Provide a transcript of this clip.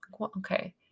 Okay